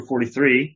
43